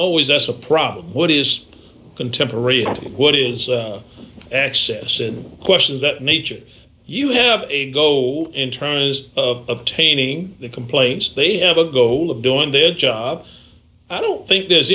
always as a problem what is contemporary what is excess and questions that nature you have a go in terms of painting the complaints they have a goal of doing their job i don't think there's